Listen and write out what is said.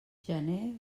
gener